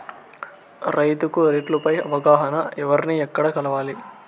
రైతుకు రేట్లు పై అవగాహనకు ఎవర్ని ఎక్కడ కలవాలి?